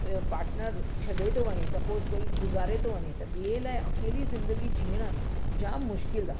partner छ्ॾे थो वञे सपोस कोई गुज़ारे थो वञे त ॿिए लाइ अकेली ज़िंदगी जीअणु जाम मुश्किलु आहे